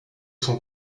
son